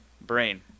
Brain